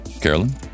Carolyn